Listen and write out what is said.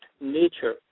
nature